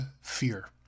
fear